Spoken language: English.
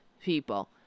people